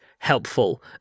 Helpful